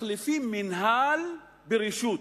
מחליפים מינהל ברשות.